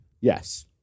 Yes